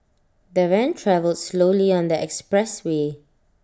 the van travelled slowly on the expressway